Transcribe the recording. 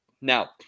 Now